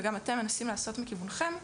וגם אתם מנסים לעשות מכיוונכם,